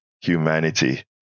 humanity